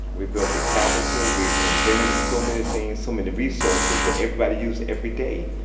we built the capital. we've invented so many things, so many resources that everybody use every day.